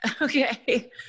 Okay